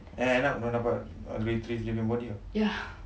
end up diorang dapat retrieve dia punya body tak